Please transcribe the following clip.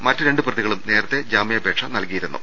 മറ്റ് രണ്ട് പ്രതികളും നേരത്തെ ജാമ്യാപേക്ഷ നല്കിയിരുന്നു